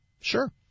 Sure